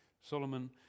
Solomon